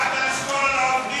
הבטחת לשמור על העובדים.